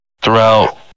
throughout